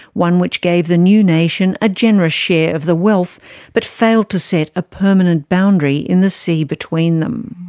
one which gave the new nation a generous share of the wealth but failed to set a permanent boundary in the sea between them.